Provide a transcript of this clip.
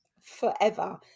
Forever